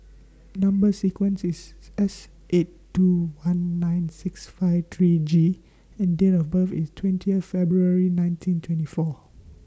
Number sequence IS S eight two one nine six five three G and Date of birth IS twentieth February nineteen twenty four